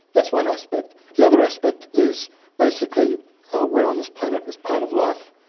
that's one aspect. the other aspect is basically ah we're on this planet as part of life,